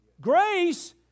Grace